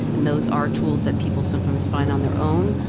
and those are tools that people sometimes find on their own,